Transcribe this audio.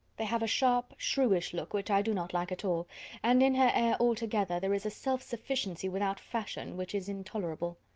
they have a sharp, shrewish look, which i do not like at all and in her air altogether there is a self-sufficiency without fashion, which is intolerable.